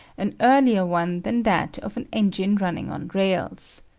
an earlier one than that of an engine running on rails.